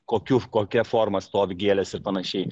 kokiu kokia forma stovi gėlės ir panašiai